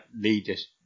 leaders